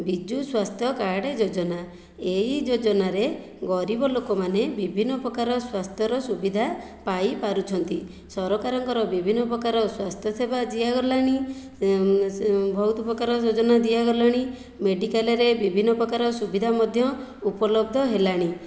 ବିଜୁ ସ୍ୱାସ୍ଥ୍ୟ କାର୍ଡ଼ ଯୋଜନା ଏହି ଯୋଜନାରେ ଗରିବ ଲୋକମାନେ ବିଭିନ୍ନ ପ୍ରକାର ସ୍ଵାସ୍ଥ୍ୟର ସୁବିଧା ପାଇପାରୁଛନ୍ତି ସରକାରଙ୍କର ବିଭିନ୍ନ ପ୍ରକାର ସ୍ୱାସ୍ଥ୍ୟ ସେବା ଦିଆଗଲାଣି ବହୁତ ପ୍ରକାର ଯୋଜନା ଦିଆଗଲାଣି ମେଡ଼ିକାଲରେ ବିଭିନ୍ନ ପ୍ରକାର ସୁବିଧା ମଧ୍ୟ ଉପଲବ୍ଧ ହେଲାଣି